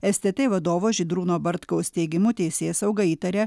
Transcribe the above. stt vadovo žydrūno bartkaus teigimu teisėsauga įtaria